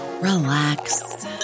relax